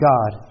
God